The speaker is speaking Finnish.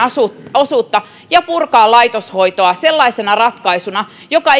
osuutta ja purkaa laitoshoitoa sellaisena ratkaisuna joka